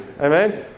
Amen